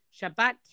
Shabbat